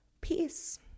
Peace